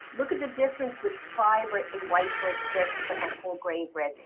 look at the difference with fiber in white bread and versus like a whole grain bread.